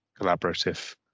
collaborative